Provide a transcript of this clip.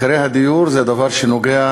מחירי הדיור נוגעים